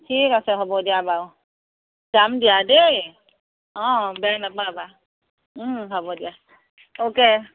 ঠিক আছে হ'ব দিয়া বাৰু যাম দিয়া দেই অঁ বেয়া নাপাবা হ'ব দিয়া অ'কে